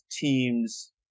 teams